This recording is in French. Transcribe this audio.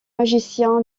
magicien